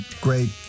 great